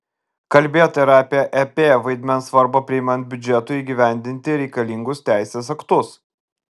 kalbėta ir apie ep vaidmens svarbą priimant biudžetui įgyvendinti reikalingus teisės aktus